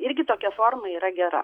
irgi tokia forma yra gera